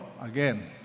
again